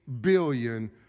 billion